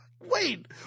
Wait